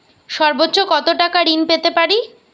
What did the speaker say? সর্বোচ্চ কত টাকা ঋণ পেতে পারি?